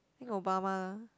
I think Obama